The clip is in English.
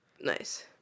Nice